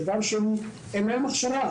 דבר שני, אין להן הכשרה.